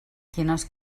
quines